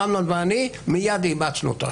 שאמנון ואני מייד אימצנו את ההצעה.